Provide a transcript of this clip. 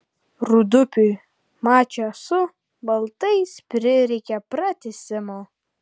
rūdupiui mače su baltais prireikė pratęsimo